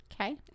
Okay